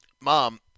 Mom